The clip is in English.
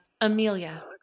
Amelia